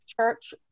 church